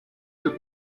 für